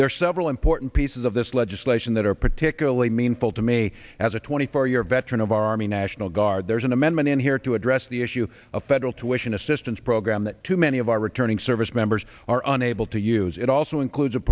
there are several important pieces of this legislation that are particularly meaningful to me as a twenty four year veteran of army national guard there's an amendment in here to address the issue of federal to ition assistance program that too many of our returning service members are unable to use it also includes